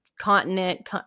continent